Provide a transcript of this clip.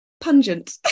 pungent